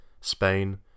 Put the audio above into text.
Spain